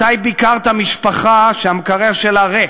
מתי ביקרת משפחה שהמקרר שלה ריק?